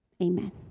Amen